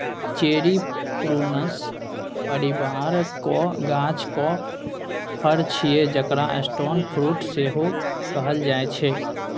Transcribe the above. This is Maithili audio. चेरी प्रुनस परिबारक गाछक फर छियै जकरा स्टोन फ्रुट सेहो कहल जाइ छै